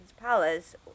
palace